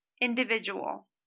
Individual